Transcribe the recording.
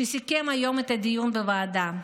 שסיכם היום את הדיון בוועדה.